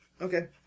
Okay